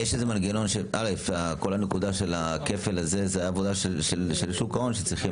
הנקודה של הכפל הזה זו עבודה של שוק ההון שצריכים